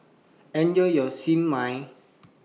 Enjoy your Siew Mai